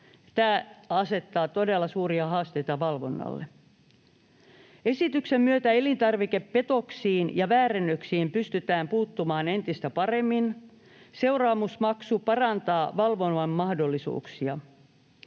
Tämä asettaa todella suuria haasteita valvonnalle. Esityksen myötä elintarvikepetoksiin ja ‑väärennöksiin pystytään puuttumaan entistä paremmin. Seuraamusmaksu parantaa valvonnan mahdollisuuksia.